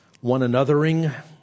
one-anothering